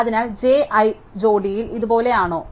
അതിനാൽ j i ജോഡിയിൽ ഇതുപോലെയാണോ